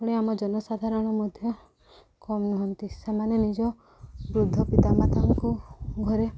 ପୁଣି ଆମ ଜନସାଧାରଣ ମଧ୍ୟ କମ୍ ନୁହନ୍ତି ସେମାନେ ନିଜ ବୃଦ୍ଧ ପିତାମାତାଙ୍କୁ ଘରେ